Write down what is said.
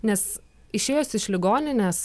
nes išėjus iš ligoninės